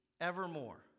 evermore